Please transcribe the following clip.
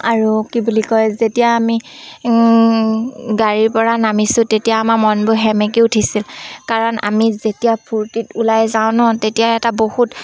আৰু কি বুলি কয় যেতিয়া আমি গাড়ীৰ পৰা নামিছোঁ তেতিয়া আমাৰ মনবোৰ সেমেকি উঠিছিল কাৰণ আমি যেতিয়া ফূৰ্তিত ওলাই যাওঁ ন তেতিয়া এটা বহুত